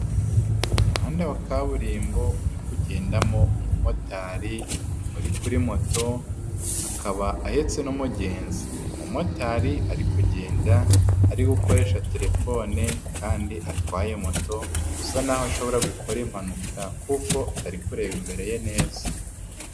Umuhanda wa kaburimbo uri kugendamo umumotari wari kuri moto, akaba ahetse n'umugenzi. Uyu mumotari ari kugenda ariwe ukoresha telefone kandi atwaye moto bisa naho ashobora gukora impanuka kuko atari kureba imbere ye neza.